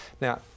Now